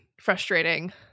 frustrating